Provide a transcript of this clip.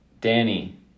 Danny